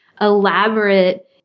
elaborate